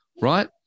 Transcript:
right